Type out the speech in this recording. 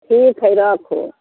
ठीक हय राखू